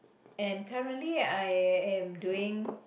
and currently I am doing